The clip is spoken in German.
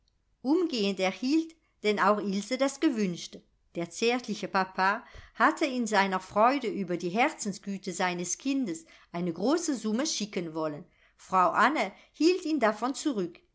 erhielt denn auch ilse das gewünschte der zärtliche papa hatte in seiner freude über die herzensgüte seines kindes eine große summe schicken wollen frau anne hielt ihn davon zurück